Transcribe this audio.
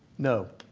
no?